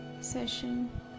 session